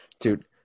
dude